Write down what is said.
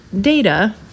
data